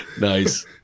Nice